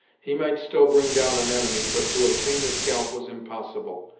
he might still bring down an enemy, but to obtain the scalp was impossible,